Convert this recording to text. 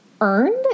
earned